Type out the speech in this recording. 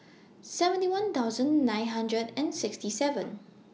seventy one thousand nine hundred and sixty seven